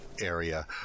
area